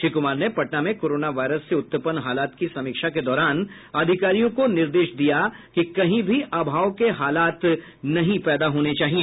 श्री कुमार ने पटना में corona virus से उत्पन्न हालात की समीक्षा के दौरान अधिकारियों को निर्देश दिया कि कहीं भी अभाव के हालात नहीं पैदा होने चाहिए